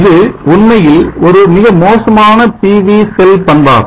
இது உண்மையில் ஒரு மிக மோசமான PV செல்பண்பாகும்